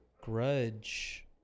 Grudge